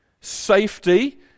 safety